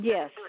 Yes